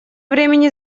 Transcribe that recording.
времени